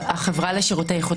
את החברה לשירותי איכות